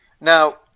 Now